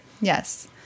Yes